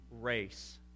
race